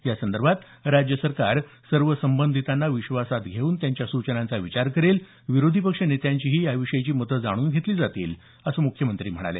यासंदर्भात राज्य सरकार सर्व संबंधितांना विश्वासात घेऊन त्यांच्या सूचनांचा विचार करेल विरोधी पक्ष नेत्यांचीही याविषयीची मतं जाणून घेतली जातील असं मुख्यमंत्री म्हणाले